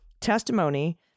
testimony